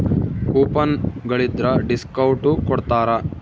coupon ಗಳಿದ್ರ discount ಕೊಡ್ತಾರ